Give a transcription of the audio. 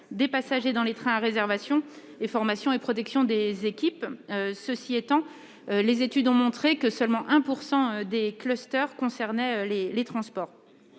des passagers dans les trains à réservation, formation et protection des équipes. Cela dit, les études ont montré que seulement 1 % des clusters concernaient les transports.